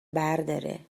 برداره